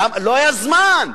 לא היה זמן,